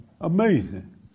Amazing